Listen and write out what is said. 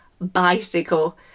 bicycle